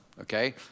Okay